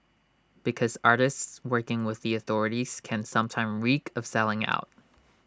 because artists working with the authorities can sometimes reek of selling out